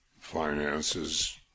finances